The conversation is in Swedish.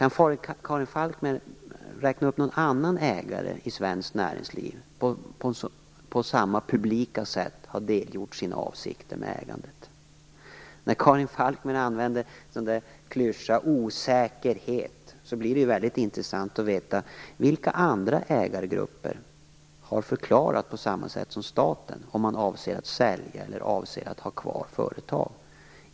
Kan Karin Falkmer nämna någon annan ägare i svenskt näringsliv som på samma publika sätt har offentliggjort sina avsikter med ägandet? När Karin Falkmer använder klyschan "osäkerhet" blir det väldigt intressant att veta: Vilka andra ägargrupper har förklarat på samma sätt som staten om man avser att sälja eller ha kvar företag?